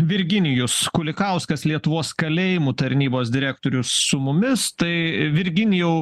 virginijus kulikauskas lietuvos kalėjimų tarnybos direktorius su mumis tai virginijau